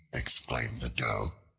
exclaimed the doe,